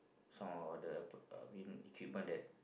some of the uh win equipment that